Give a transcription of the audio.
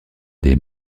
des